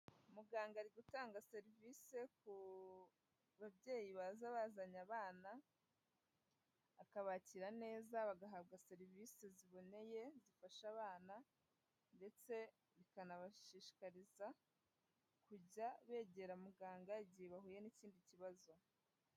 Muganga ari gutanga serivisi ku babyeyi baza bazanye abana, akabakira neza bagahabwa serivisi ziboneye zifasha abana ndetse bikanabashishikariza kujya begera muganga, igihe bahuye n'ikindi kibazo.